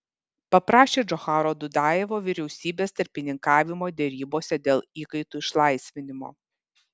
paprašė džocharo dudajevo vyriausybės tarpininkavimo derybose dėl įkaitų išlaisvinimo